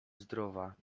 zdrowa